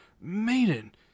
Maiden